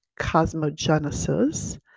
cosmogenesis